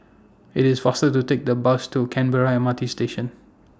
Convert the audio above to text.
IT IS faster to Take The Bus to Canberra M R T Station